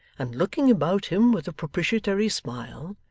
and looking about him with a propitiatory smile,